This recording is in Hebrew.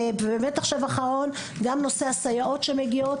גם נושא הסייעות שמגיעות,